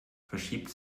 verschiebt